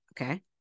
okay